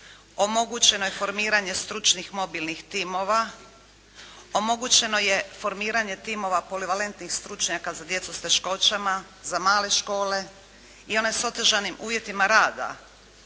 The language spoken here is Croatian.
Omogućeno je formiranje stručnih mobilnih timova, omogućeno je formiranje timova polivalentnih stručnjaka za djecu s teškoćama, za male škole i one s otežanim uvjetima rada.